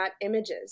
images